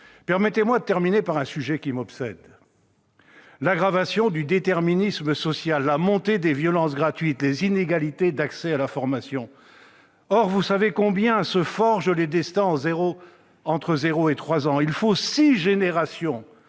Permettez-moi de terminer par un sujet qui m'obsède : l'aggravation du déterminisme social, la montée des violences gratuites, les inégalités d'accès à la formation. Vous savez que les destins se forgent entre 0 et 3 ans. Il faut six générations,